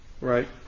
right